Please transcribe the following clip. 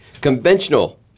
conventional